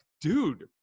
dude